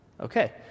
Okay